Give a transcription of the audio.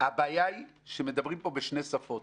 שהבעיה היא שמדברים פה בשתי שפות